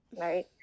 right